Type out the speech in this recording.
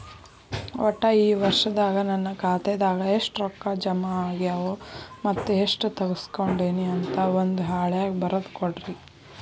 ಒಟ್ಟ ಈ ವರ್ಷದಾಗ ನನ್ನ ಖಾತೆದಾಗ ಎಷ್ಟ ರೊಕ್ಕ ಜಮಾ ಆಗ್ಯಾವ ಮತ್ತ ಎಷ್ಟ ತಗಸ್ಕೊಂಡೇನಿ ಅಂತ ಒಂದ್ ಹಾಳ್ಯಾಗ ಬರದ ಕೊಡ್ರಿ